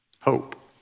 hope